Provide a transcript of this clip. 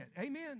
Amen